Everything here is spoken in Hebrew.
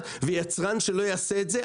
ויצרן שלא יעשה את זה,